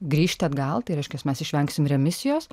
grįžti atgal tai reiškias mes išvengsim remisijos